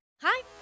Hi